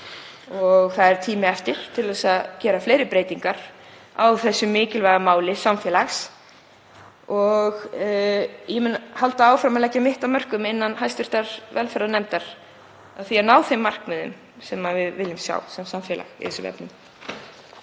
og það er tími eftir til að gera fleiri breytingar á þessu mikilvæga máli samfélagsins. Ég mun halda áfram að leggja mitt af mörkum innan hv. velferðarnefndar til að ná þeim markmiðum sem við viljum sjá sem samfélag í þessum efnum.